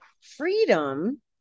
freedom